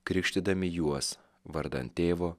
krikštydami juos vardan tėvo